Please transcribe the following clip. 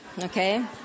Okay